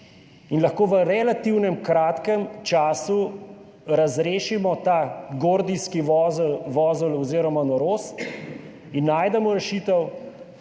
in lahko v relativno kratkem času razrešimo ta gordijski vozel oziroma norost in najdemo rešitev,